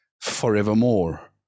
forevermore